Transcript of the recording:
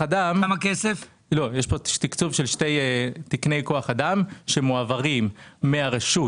יש פה תקצוב של שני תקני כוח אדם שמועברים מרשות